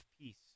peace